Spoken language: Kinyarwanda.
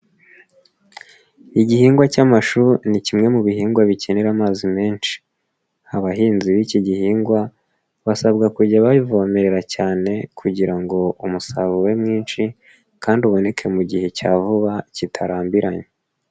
Igihingwa cy'amashu ni kimwe mu bihingwa bikenera amazi menshi abahinzi b'iki gihingwa basabwa kujya bavomerera cyane kugira ngo umusarurobe mwinshi kandi uboneke mu gihe cya vuba kitarambiranye.